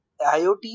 IoT